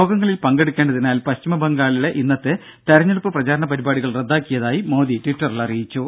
യോഗങ്ങളിൽ പങ്കെടുക്കേണ്ടതിനാൽ പശ്ചിമ ബംഗാളിലെ ഇന്നത്തെ തെരഞ്ഞെടുപ്പ് പ്രചാരണ പരിപാടികൾ റദ്ദാക്കിയതായി മോദി ട്വിറ്ററിൽ അറിയിച്ചു